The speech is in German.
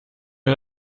mir